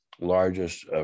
largest